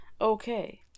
Okay